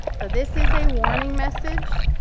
so this is a warning message.